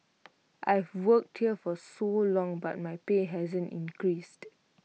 I've worked here for so long but my pay hasn't increased